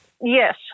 yes